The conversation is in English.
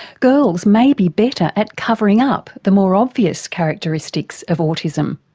girls may be better at covering up the more obvious characteristics of autism.